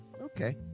okay